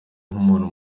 nk’umuntu